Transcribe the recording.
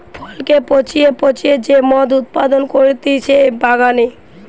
ফলকে পচিয়ে পচিয়ে যে মদ উৎপাদন করতিছে বাগানে